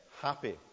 happy